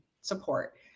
support